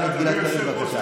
חבר הכנסת גלעד קריב, בבקשה.